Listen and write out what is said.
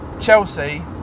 Chelsea